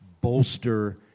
bolster